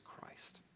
Christ